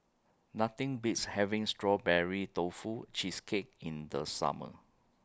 Nothing Beats having Strawberry Tofu Cheesecake in The Summer